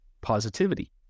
positivity